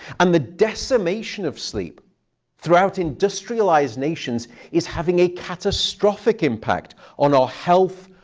and the decimation of sleep throughout industrialized nations is having a catastrophic impact on our health,